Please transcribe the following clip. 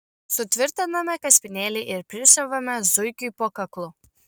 sutvirtiname kaspinėlį ir prisiuvame zuikiui po kaklu